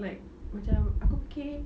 like macam aku fikir